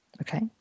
Okay